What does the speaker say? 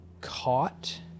caught